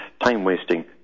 time-wasting